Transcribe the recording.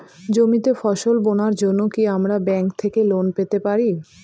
জমিতে ফসল বোনার জন্য কি আমরা ব্যঙ্ক থেকে লোন পেতে পারি?